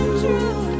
true